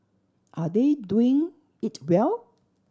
are they doing it well